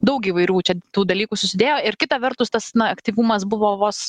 daug įvairių čia tų dalykų susidėjo ir kita vertus tas na aktyvumas buvo vos